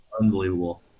Unbelievable